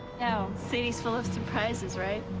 oh. city's full of surprises, right?